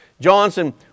Johnson